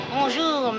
Bonjour